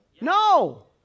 No